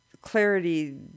clarity